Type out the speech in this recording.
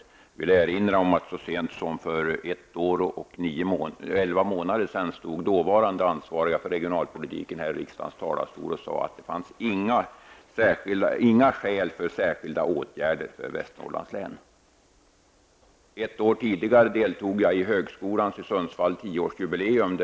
Jag vill erinra om att så sent som för ett år och elva månader sedan stod den dåvarande ansvarige för regionalpolitiken här i riksdagens talarstol och sade att det inte fanns några skäl att vidta särskilda åtgärder i Västernorrlands län. Ett år tidigare deltog jag i högskolans i Sundsvall tioårsjubileum.